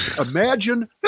imagine